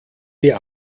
ihr